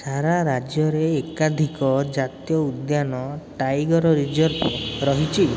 ସାରା ରାଜ୍ୟରେ ଏକାଧିକ ଜାତୀୟ ଉଦ୍ୟାନ ଟାଇଗର୍ ରିଜର୍ଭ୍ ରହିଛି